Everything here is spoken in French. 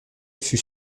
fut